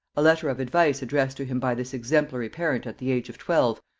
a letter of advice addressed to him by this exemplary parent at the age of twelve,